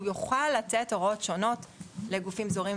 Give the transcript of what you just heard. הוא יוכל לתת הוראות שונות לגופים זרים,